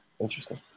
Interesting